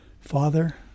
Father